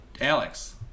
alex